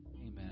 amen